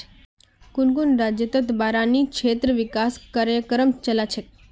कुन कुन राज्यतत बारानी क्षेत्र विकास कार्यक्रम चला छेक